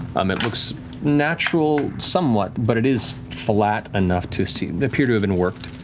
um it looks natural somewhat, but it is flat enough to appear to have been worked.